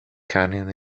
canyon